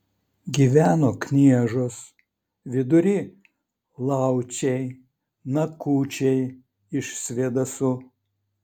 gyveno kniežos vidury lauciai nakučiai iš svėdasų